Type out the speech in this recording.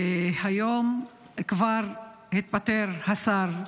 היום כבר התפטר השר,